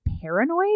paranoid